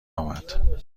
آمد